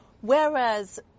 Whereas